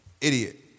Idiot